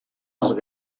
alt